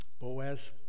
Boaz